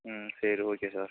ம் சரி okay sir